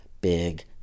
big